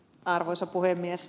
arvoisa puhemies